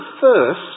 first